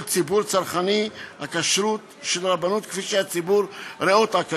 ציבור צרכני הכשרות של הרבנות כפי שהציבור רואה אותה כיום.